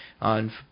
on